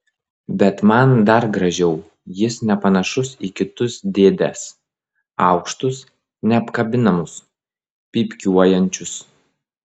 bet man dar gražiau jis nepanašus į kitus dėdes aukštus neapkabinamus pypkiuojančius